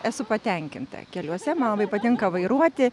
esu patenkinta keliuose man labai patinka vairuoti